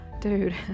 Dude